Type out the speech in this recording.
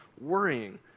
worrying